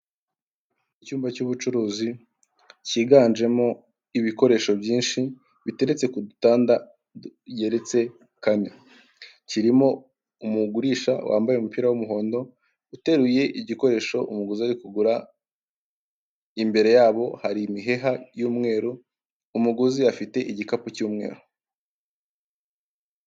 Icyumba cy'ubucuruzi cyiganjemo ibikoresho byinshi biteretse ku dutanda kigeretse kane, kirimo umugurisha wambaye umupira w'umuhondo uteruye igikoresho umuguzi ari kugura, imbere yabo hari imiheha y'umweru, umuguzi afite igikapu cy'umweru.